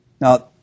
Now